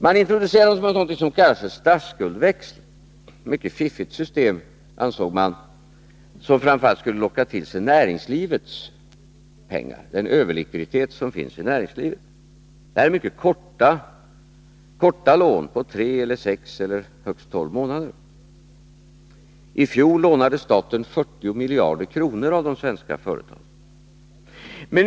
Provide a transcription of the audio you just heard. Man introducerade då någonting som kallades för statsskuldsväxlar, ett mycket fiffigt system, ansåg man, som framför allt skulle locka till sig näringslivets pengar, den överlikviditet som finns i näringslivet. Det är mycket korta lån på tre, sex eller högst tolv månader. I fjol lånade staten 40 miljarder kronor av de svenska företagen.